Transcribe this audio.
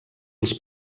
els